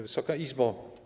Wysoka Izbo!